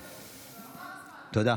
תודה.